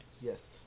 Yes